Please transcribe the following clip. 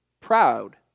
proud